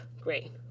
great